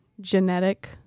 genetic